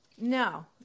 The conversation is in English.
No